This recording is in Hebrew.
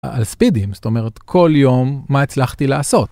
על ספידים זאת אומרת כל יום מה הצלחתי לעשות.